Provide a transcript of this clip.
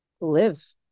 live